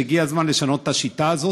שהגיע הזמן לשנות את השיטה הזאת?